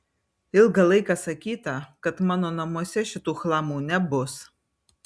ilgą laiką sakyta kad mano namuose šitų chlamų nebus